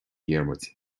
dhiarmaid